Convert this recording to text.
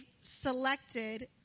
selected